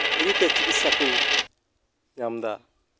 free ᱛᱮ ᱪᱤᱠᱤᱥᱥᱟ ᱠᱚ ᱧᱟᱢ ᱮᱫᱟ